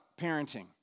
parenting